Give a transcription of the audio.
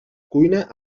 cuina